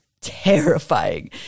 terrifying